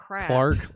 Clark